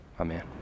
Amen